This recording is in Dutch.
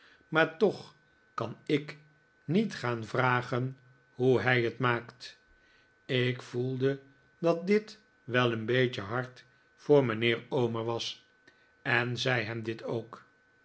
maar toch kan i k niet gaan vragen hoe hij het maakt ik voelde dat dit wel een beetje hard voor mijnheer omer was en zei hem dit ook